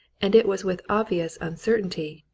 and it was with obvious uncertainty,